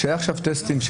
כשהיו עכשיו טסטים,